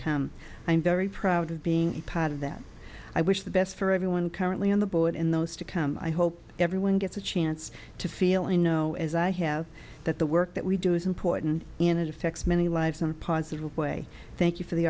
come i am very proud of being part of that i wish the best for everyone currently on the board in those to come i hope everyone gets a chance to feel i know as i have that the work that we do is important and it affects many lives in a positive way thank you for the